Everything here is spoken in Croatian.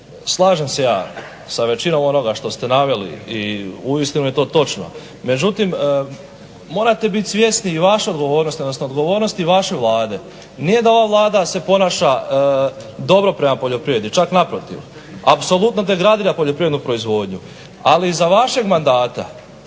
slažem se ja sa većinom onoga što ste naveli i uistinu je to točno, međutim morate biti svjesni i vaše odgovornosti, odnosno odgovornosti vaše Vlade. Nije da ova Vlada se ponaša dobro prema poljoprivredi, čak naprotiv, apsolutno degradira poljoprivrednu proizvodnju, ali iza vašeg mandata